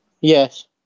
Yes